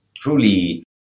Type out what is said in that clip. truly